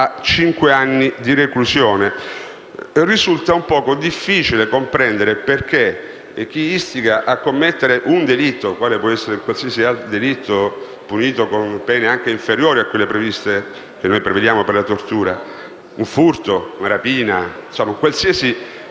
a cinque anni di reclusione. Risulta un po' difficile comprendere perché chi istiga a commettere un delitto, quale può essere qualsiasi altro delitto, punito con pene anche inferiori a quelle che prevediamo per la tortura (un furto, una rapina, un qualsiasi